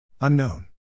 Unknown